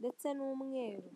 ndetse n'umweru.